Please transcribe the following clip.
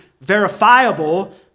verifiable